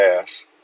ass